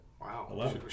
Wow